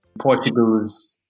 Portugal's